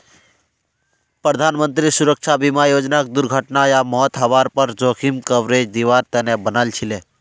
प्रधानमंत्री सुरक्षा बीमा योजनाक दुर्घटना या मौत हवार पर जोखिम कवरेज दिवार तने बनाल छीले